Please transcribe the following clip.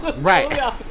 Right